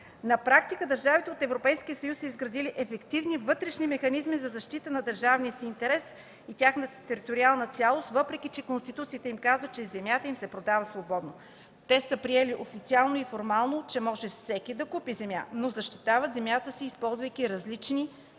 На практика държавите от Европейския съюз са изградили ефективни вътрешни механизми за защита на държавния си интерес и тяхната териториална цялост, въпреки че конституциите им казват, че земята им се продава свободно. Те са приели официално и формално, че всеки може да купи земя, но защитава земята си, използвайки различни,